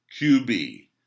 QB